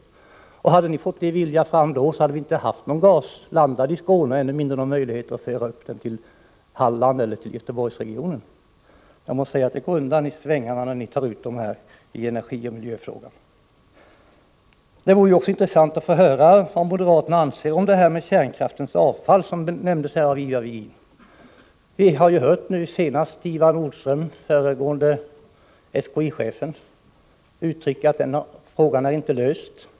Hade ni den gången fått igenom er vilja, hade vi inte haft någon gas i Skåne och således inte heller någon möjlighet att leda gas upp till Halland eller Göteborgsregionen. Jag måste säga att det svänger snabbt i vad gäller ert handlande i miljöoch energifrågor. Det vore intressant att höra vad moderaterna anser beträffande avfallet från kärnkraften. Ivar Virgin berörde ju den frågan. Men Lars Nordström, förre SKI-chefen, har nyligen uttalat att frågan ännu inte är löst.